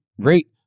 great